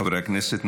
חברי הכנסת,